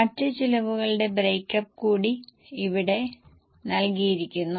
മറ്റ് ചിലവുകളുടെ break up കൂടി ഇവിടെ നൽകിയിരിക്കുന്നു